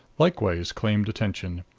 likewise claimed attention.